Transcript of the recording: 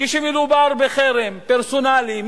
כשמדובר בחרם פרסונלי,